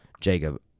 Jacob